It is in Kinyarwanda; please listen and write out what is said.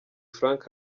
frank